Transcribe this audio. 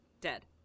Dead